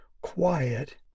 quiet